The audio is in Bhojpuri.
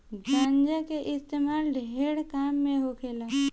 गांजा के इस्तेमाल ढेरे काम मे होखेला